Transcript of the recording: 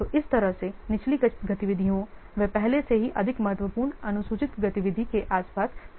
तो इस तरह से निचली गतिविधियों वे पहले से ही अधिक महत्वपूर्ण अनुसूचित गतिविधि के आसपास फिट करने के लिए बने हैं